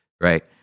right